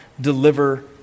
deliver